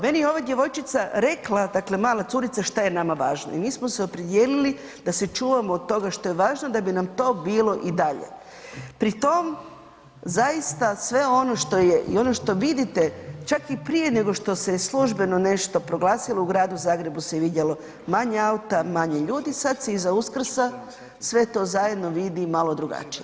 Meni je ova djevojčica rekla, dakle mala curica šta je nama važno i mi smo se opredijelili da se čuvamo od toga što je važno da bi nam to bilo i dalje, pri tom zaista sve ono što je i ono što vidite čak i prije nego što se je službeno nešto proglasilo u gradu Zagrebu se vidjelo manje auta, manje ljudi, sada se iza Uskrsa sve to vidi malo drugačije.